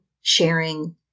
sharing